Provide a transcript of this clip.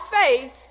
faith